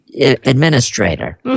administrator